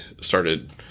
started